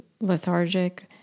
lethargic